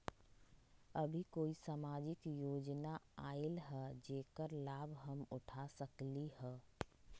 अभी कोई सामाजिक योजना आयल है जेकर लाभ हम उठा सकली ह?